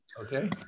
okay